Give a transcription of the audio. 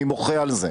אני מוחה על זה.